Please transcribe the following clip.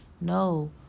No